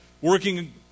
working